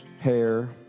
hair